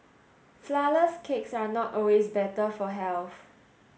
flour less cakes are not always better for health